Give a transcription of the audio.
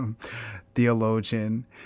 theologian